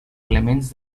elements